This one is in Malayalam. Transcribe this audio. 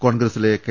കോൺഗ്രസിലെ കെ